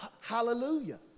hallelujah